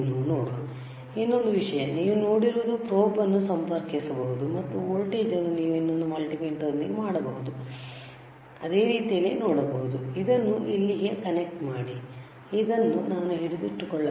ನೋಡುವ ಇನ್ನೊಂದು ವಿಷಯ ನೀವು ನೋಡಿರುವುದು ಪ್ರೊಬ್ ಅನ್ನು ಸಂಪರ್ಕಿಸಬಹುದುಮತ್ತು ವೋಲ್ಟೇಜ್ ಅನ್ನು ನೀವು ಇನ್ನೊಂದು ಮಲ್ಟಿಮೀಟರ್ನೊಂದಿಗೆ ಮಾಡಬಹುದಾದ ರೀತಿಯಲ್ಲಿಯೇ ನೋಡಬಹುದು ಇದನ್ನು ಇಲ್ಲಿಗೆ ಕನೆಕ್ಟ್ ಮಾಡಿ ಇದನ್ನು ನಾನು ಹಿಡಿದಿಟ್ಟುಕೊಳ್ಳಬಲ್ಲೆ